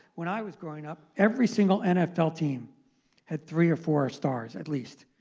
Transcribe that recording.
when i was growing up, every single nfl team had three or four stars at least.